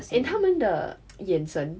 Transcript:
and 他们的眼神